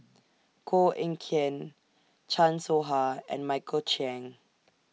Koh Eng Kian Chan Soh Ha and Michael Chiang